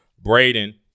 Braden